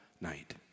night